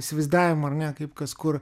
įsivaizdavimą ar ne kaip kas kur